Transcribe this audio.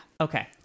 Okay